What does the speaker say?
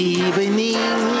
evening